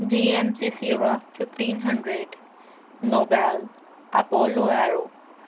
G M C sierra fifteen hundred nobel apollo aero